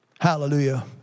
Hallelujah